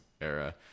era